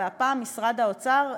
והפעם משרד האוצר,